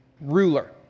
ruler